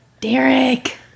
Derek